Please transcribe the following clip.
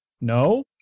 no